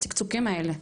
צקצוקים האלה.